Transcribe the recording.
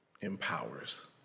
empowers